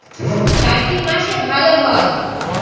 কার্তিক মাসে ভালো হয়?